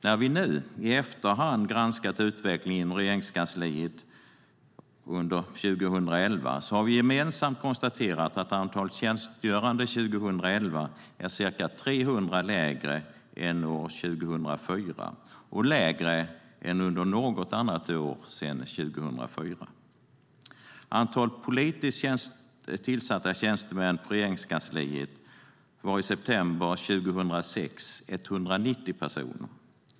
När vi nu i efterhand granskat utvecklingen inom Regeringskansliet under år 2011 har vi gemensamt konstaterat att antalet tjänstgörande 2011 är ca 300 mindre än år 2004 och mindre än under något annat år sedan år 2004. Antalet politiskt tillsatta tjänstemän på Regeringskansliet vid valet i september 2006 var 190 personer.